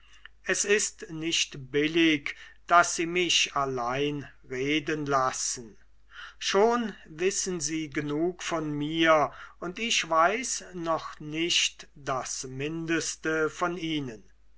es ist nicht billig daß sie mich allein reden lassen schon wissen sie genug von mir und ich weiß noch nicht das mindeste von ihnen